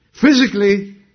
Physically